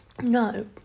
No